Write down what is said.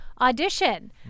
audition